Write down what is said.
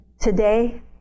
Today